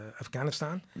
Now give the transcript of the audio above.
Afghanistan